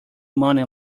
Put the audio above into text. money